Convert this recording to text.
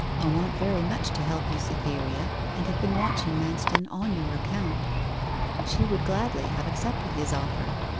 i want very much to help you, cytherea, and have been watching manston on your account she would gladly have accepted his offer.